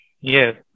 Yes